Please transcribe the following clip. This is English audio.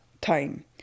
time